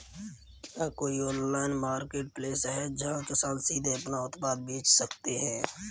क्या कोई online marketplace है जहाँ किसान सीधे अपने उत्पाद बेच सकते हैं?